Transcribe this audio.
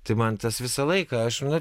tai man tas visą laiką aš nu